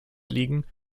liegen